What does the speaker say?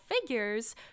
figures